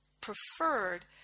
preferred